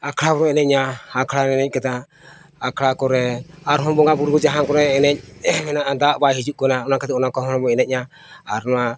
ᱟᱠᱷᱲᱟ ᱨᱮᱵᱚ ᱮᱱᱮᱡᱼᱟ ᱟᱠᱷᱲᱟ ᱨᱮ ᱮᱱᱮᱡ ᱠᱟᱛᱮᱫ ᱟᱠᱷᱲᱟ ᱠᱚᱨᱮ ᱟᱨᱦᱚᱸ ᱵᱚᱸᱜᱟᱼᱵᱩᱨᱩ ᱠᱚ ᱡᱟᱦᱟᱸ ᱠᱚᱨᱮ ᱮᱱᱮᱡ ᱦᱮᱱᱟᱜᱼᱟ ᱫᱟᱜ ᱵᱟᱭ ᱦᱤᱡᱩᱜ ᱠᱟᱱᱟ ᱚᱱᱟ ᱠᱷᱟᱹᱛᱤᱨ ᱚᱱᱟ ᱠᱚᱦᱚᱸ ᱵᱚᱱ ᱮᱱᱮᱡᱼᱟ ᱟᱨ ᱱᱚᱣᱟ